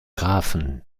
grafen